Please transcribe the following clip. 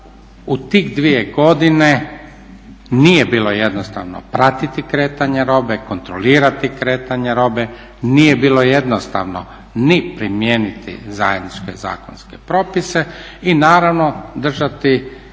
u tih dvije godine nije bilo jednostavno pratiti kretanje robe, kontrolirati kretanje robe, nije bilo jednostavno ni primijeniti zajedničke zakonske propise i naravno držati dovoljno